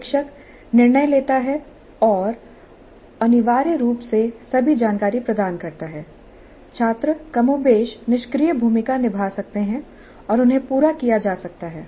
शिक्षक निर्णय लेता है और अनिवार्य रूप से सभी जानकारी प्रदान करता है छात्र कमोबेश निष्क्रिय भूमिका निभा सकते हैं और उन्हें पूरा किया जा सकता है